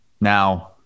Now